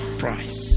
price